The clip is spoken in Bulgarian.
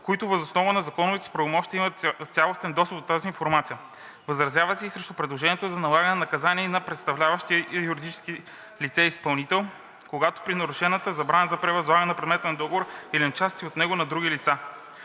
които въз основа на законовите си правомощия имат цялостен достъп до тази информация. Възразява се и срещу предложението за налагане на наказание и на представляващия юридическото лице изпълнител, когато бъде нарушена забраната за превъзлагане на предмета на договора или части от него на други лица.